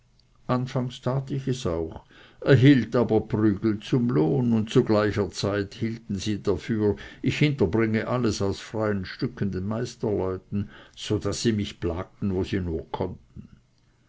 anfangs tat ich es auch erhielt aber prügel zum lohn und zu gleicher zeit hielten sie dafür ich hinterbringe alles von freien stücken den meistersleuten so daß sie mich plagten wo sie nur konnten